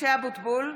(קוראת בשמות חברי הכנסת) משה אבוטבול,